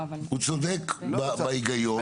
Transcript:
הוא צודק בהיגיון.